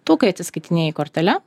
tu kai atsiskaitinėji kortele